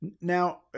Now